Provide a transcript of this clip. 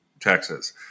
Texas